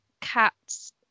Cats